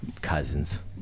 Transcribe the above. Cousins